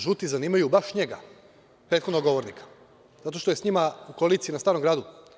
Žuti zanimaju baš njega, prethodnog govornika, zato što je sa njima u koaliciji na Starom gradu.